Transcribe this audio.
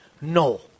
No